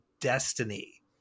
Destiny